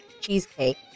cheesecake